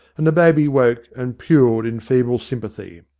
and the baby woke and puled in feeble sympathy.